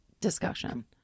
discussion